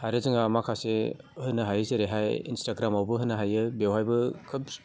आरो जोंहा माखासे होनो हायो जेरैहाय इन्सट्राग्रामावबो होनो हायो बेवहायबो खोब